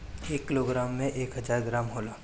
एक किलोग्राम में एक हजार ग्राम होला